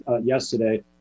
yesterday